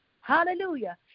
Hallelujah